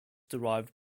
derived